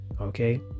Okay